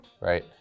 right